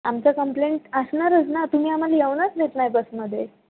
आमच्या कंप्लेंट असणारच ना तुम्ही आम्हाला येऊनच देत नाही बसमध्ये